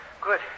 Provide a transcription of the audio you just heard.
Good